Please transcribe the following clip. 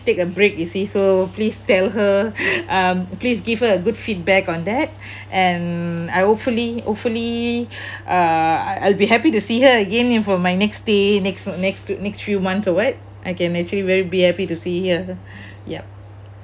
take a break you say so please tell her um please give her a good feedback on that and I hopefully hopefully uh I'll be happy to see her again in for my next stay next next next few months or what I can actually will be happy to see her yup